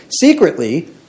secretly